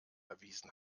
erwiesen